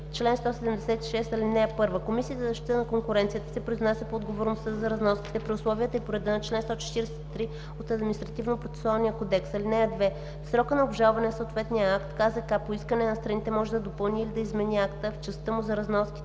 „Чл. 176. (1) Комисията за защита на конкуренцията се произнася по отговорността за разноските при условията и по реда на чл. 143 от Административнопроцесуалния кодекс. (2) В срока за обжалване на съответния акт, КЗК, по искане на страните, може да допълни или да измени акта в частта му за разноските.